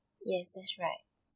yes that's right